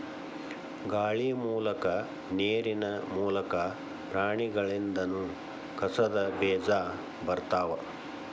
ಗಾಳಿ ಮೂಲಕಾ ನೇರಿನ ಮೂಲಕಾ, ಪ್ರಾಣಿಗಳಿಂದನು ಕಸದ ಬೇಜಾ ಬರತಾವ